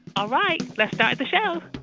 all right. let's start the show